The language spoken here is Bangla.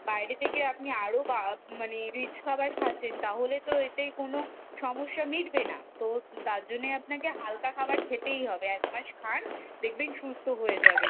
বাইরে থেকে আপনি আরো বা মানে রিচ খাবার খাচ্ছেন তাহলে তো এতে কোনো সমস্যা মিটবে না তো তার জন্যে আপনাকে হালকা খাবার খেতেই হবে এক মাস খান দেখবেন সুস্থ হয়ে যাবে